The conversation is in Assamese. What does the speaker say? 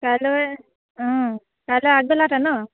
কাইলৈ অঁ কাইলৈ আগবেলাতে ন